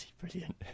brilliant